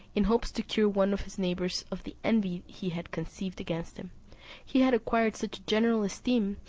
in hopes to cure one of his neighbours of the envy he had conceived against him he had acquired such a general esteem,